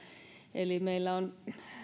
eli meillä on